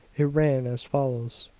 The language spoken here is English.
it ran as follows,